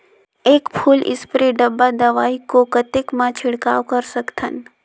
एक full spray डब्बा दवाई को कतेक म छिड़काव कर सकथन?